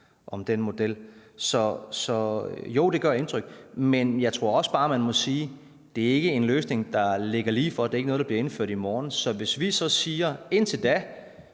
om. Så jo, det gør indtryk. Men jeg tror også bare, man må sige, at det ikke er en løsning, der ligger lige for. Det er ikke noget, der bliver indført i morgen. Så skal vi så sige: Indtil da